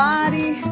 Body